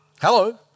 Hello